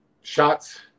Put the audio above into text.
shots